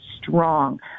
Strong